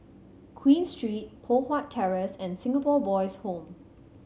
Queen Street Poh Huat Terrace and Singapore Boys' Home